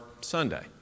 Sunday